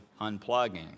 unplugging